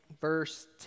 verse